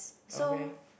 okay